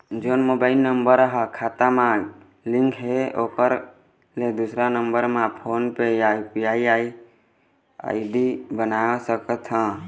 जोन mobile number हा खाता मा लिन्क हे ओकर ले दुसर नंबर मा फोन पे या यू.पी.आई आई.डी बनवाए सका थे?